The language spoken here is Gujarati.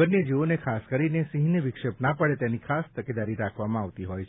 વન્ય જીવોને ખાસ કરીને સિંહને વિક્ષેપ ના પડે તેની ખાસ તકેદારી રાખવામાં આવતી હોય છે